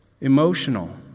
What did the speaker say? emotional